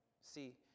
See